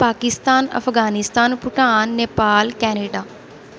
Pakistan Afghanistan Bhutan Nepal Canada